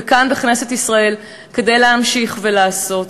ונמצאת כאן בכנסת ישראל כדי להמשיך ולעשות,